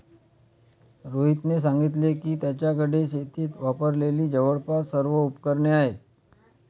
रोहितने सांगितले की, त्याच्याकडे शेतीत वापरलेली जवळपास सर्व उपकरणे आहेत